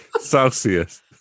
Celsius